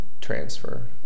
transfer